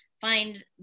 find